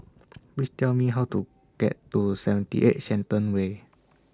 Please Tell Me How to get to seventy eight Shenton Way